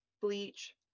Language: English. bleach